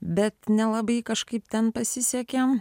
bet nelabai kažkaip ten pasisekė